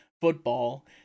football